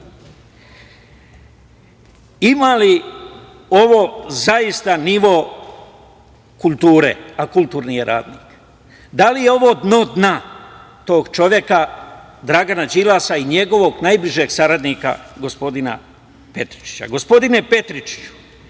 li ovo zaista nivo kulture, a kulturni je radnik? Da li je ovo dno dna tog čoveka, Dragana Đilasa i njegovog najbližeg saradnika, gospodina Petričića? Gospodine Petričiću,